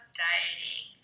dieting